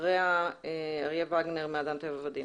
אחריה אריה וגנר מאדם טבע ודין.